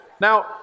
Now